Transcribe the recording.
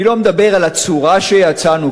אני לא מדבר על הצורה שיצאנו.